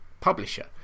publisher